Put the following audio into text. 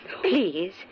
please